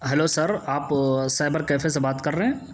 hello sir آپ cyber cafe سے بات کر رہے ہیں